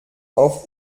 auf